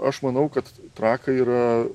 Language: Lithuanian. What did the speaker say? aš manau kad trakai yra